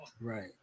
right